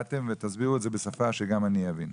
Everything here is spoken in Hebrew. ותסבירו את זה בשפה שגם אני אבין.